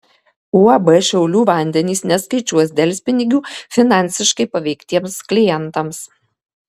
uab šiaulių vandenys neskaičiuos delspinigių finansiškai paveiktiems klientams